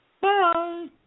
Bye